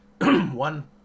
one